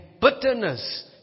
bitterness